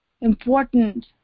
important